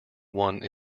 one